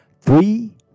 three